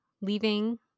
leaving